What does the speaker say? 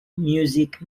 music